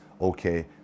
okay